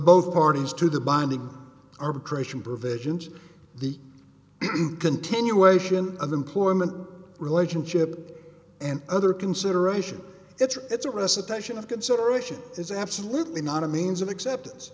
both parties to the binding arbitration provisions the continuation of employment relationship and other consideration it's a recitation of consideration is absolutely not a means of acceptance